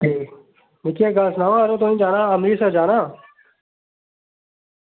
खरी मिकी इक गल्ल सनाओ यरो तुसेँ जाना अमृतसर जाना